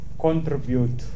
contribute